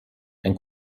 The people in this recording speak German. ein